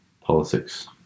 politics